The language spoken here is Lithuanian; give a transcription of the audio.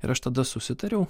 ir aš tada susitariau